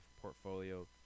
portfolio